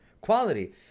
Quality